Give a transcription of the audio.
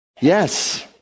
Yes